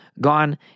gone